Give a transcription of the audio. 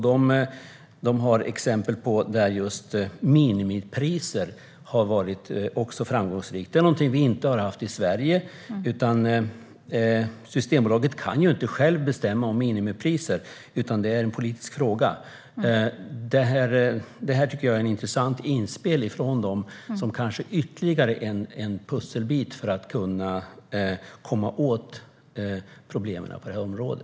De har exempel på när minimipriser har varit framgångsrika. Det har vi inte haft i Sverige. Systembolaget kan inte själva bestämma om minimipriser, utan det är en politisk fråga. Jag tycker att det är ett intressant inspel från dem, och kanske är det ytterligare en pusselbit för att komma åt problemen på detta område.